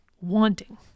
wanting